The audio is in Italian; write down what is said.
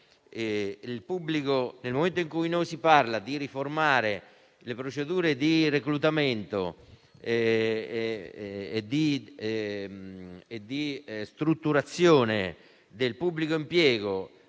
nazionale. Nel momento in cui si parla di riformare le procedure di reclutamento e di strutturazione del pubblico impiego,